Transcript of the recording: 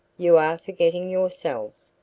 you are forgetting yourselves,